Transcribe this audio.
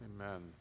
Amen